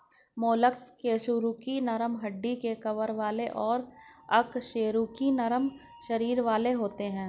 mollusc कशेरुकी नरम हड्डी के कवर वाले और अकशेरुकी नरम शरीर वाले होते हैं